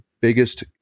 biggest